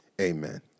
amen